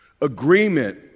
Agreement